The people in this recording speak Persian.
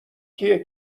کیه